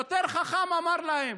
שוטר חכם אמר להם: